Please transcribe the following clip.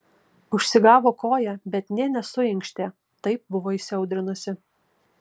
užsigavo koją bet nė nesuinkštė taip buvo įsiaudrinusi